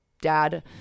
dad